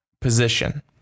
position